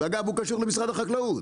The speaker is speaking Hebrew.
אגב, הוא קשור למשרד החקלאות.